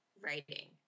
writing